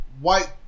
white